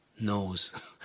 knows